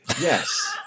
Yes